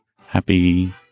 Happy